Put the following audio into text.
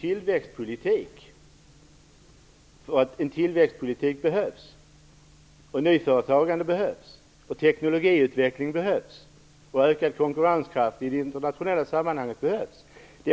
Tillväxtpolitik och nyföretagande behövs. Teknologiutveckling och ökad konkurrenskraft i internationella sammanhang behövs också.